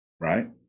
Right